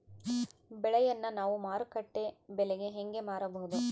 ಬೆಳೆಯನ್ನ ನಾವು ಮಾರುಕಟ್ಟೆ ಬೆಲೆಗೆ ಹೆಂಗೆ ಮಾರಬಹುದು?